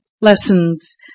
Lessons